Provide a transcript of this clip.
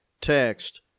text